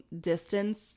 distance